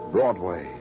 Broadway